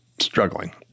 struggling